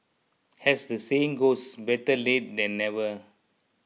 as the saying goes better late than never